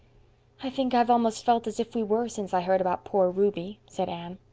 i think i've almost felt as if we were since i heard about poor ruby, said anne.